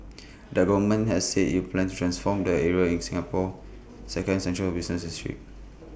the government has said IT plans transform the area in Singapore's second central business district